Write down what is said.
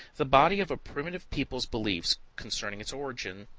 the body of a primitive people's beliefs concerning its origin,